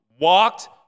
walked